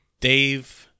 Dave